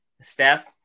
Steph